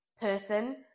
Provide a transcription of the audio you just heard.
person